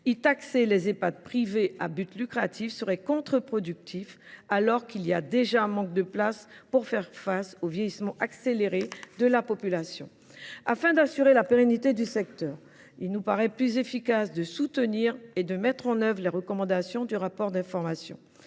y taxer les Ehpad privés à but lucratif se révélerait contre productif, d’autant que les places manquent pour faire face au vieillissement accéléré de la population. Afin d’assurer la pérennité du secteur, il nous paraît plus efficace de soutenir et de mettre en œuvre les recommandations du rapport d’information.